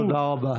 תודה רבה.